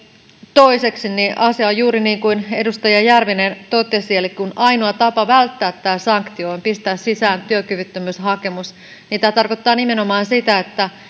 toiseksi asia on juuri niin kuin edustaja järvinen totesi eli kun ainoa tapa välttää tämä sanktio on pistää sisään työkyvyttömyyshakemus tämä tarkoittaa nimenomaan sitä että